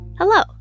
Hello